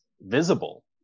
visible